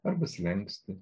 arba slenkstį